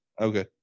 Okay